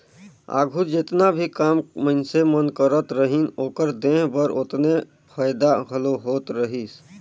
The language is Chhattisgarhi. आघु जेतना भी काम मइनसे मन करत रहिन, ओकर देह बर ओतने फएदा घलो होत रहिस